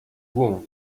woman